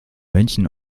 münchen